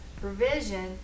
provision